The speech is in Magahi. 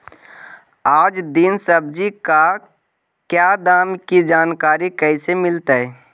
आज दीन सब्जी का क्या दाम की जानकारी कैसे मीलतय?